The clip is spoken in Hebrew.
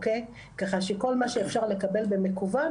ככה שכל מה שאפשר לקבל במקוון,